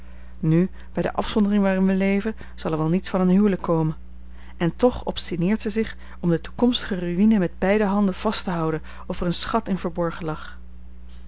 nu bij de afzondering waarin wij leven zal er wel niets van een huwelijk komen en toch obstineert zij zich om de toekomstige ruïne met beide handen vast te houden of er een schat in verborgen lag